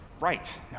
Right